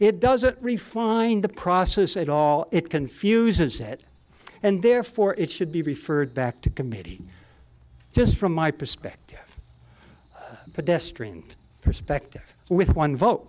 it doesn't refine the process at all it confuses it and therefore it should be referred back to committee just from my perspective pedestrian perspective with one vote